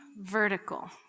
vertical